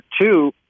Two